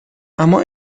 اما